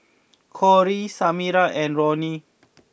Cory Samira and Ronny